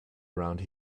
around